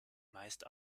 meist